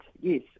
yes